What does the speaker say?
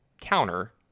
counter